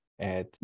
at-